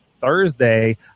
thursday